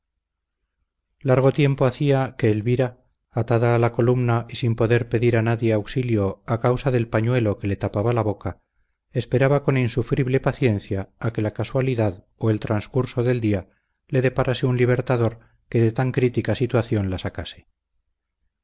largo tiempo hacía que elvira atada a la columna y sin poder pedir a nadie auxilio a causa del pañuelo que le tapaba la boca esperaba con insufrible paciencia a que la casualidad o el transcurso del día le deparase un libertador que de tan crítica situación la sacase